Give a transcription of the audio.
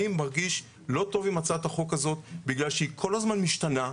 אני מרגיש לא טוב עם הצעת החוק הזאת בגלל שהיא כל הזמן משתנה,